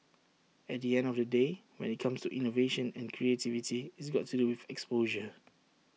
at the end of the day when IT comes to innovation and creativity it's got to do with exposure